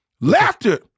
Laughter